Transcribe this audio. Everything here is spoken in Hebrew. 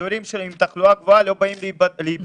באזורי תחלואה גבוהה לא באים להיבדק?